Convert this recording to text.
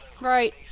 Right